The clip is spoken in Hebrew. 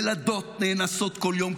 ילדות נאנסות כל יום.